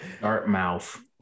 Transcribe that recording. Dartmouth